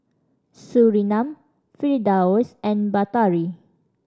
Surinam Firdaus and Batari